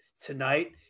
tonight